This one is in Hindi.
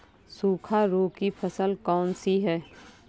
सूखा रोग की फसल कौन सी है?